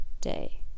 day